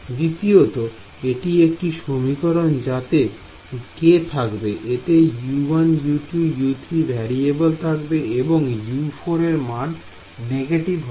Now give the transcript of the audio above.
দ্বিতীয়তঃ এটি একটি সমীকরণ হবে যাতে k থাকবে এতে U1U2U3 ভেরিএবেল থাকবে এবং U4 এর মান নেগেটিভ হবে